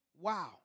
Wow